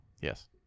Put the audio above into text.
Yes